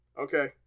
Okay